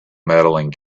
medaling